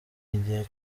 igihe